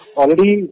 already